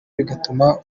bigatuma